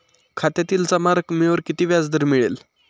खात्यातील जमा रकमेवर किती व्याजदर मिळेल?